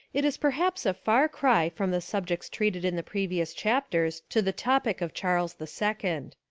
it is perhaps a far cry from the subjects treated in the previous chapters to the topic of charles the second.